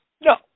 No